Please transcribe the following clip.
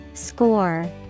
Score